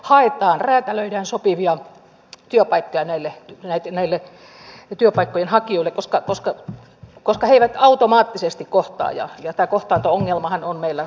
aitoon räätälöidään sopivia jopa jane todellakin on ollut hirveän surullista seurata kuluneen puolen vuoden aikana sitä miten hallitus kohdentaa nämä säästöesityksensä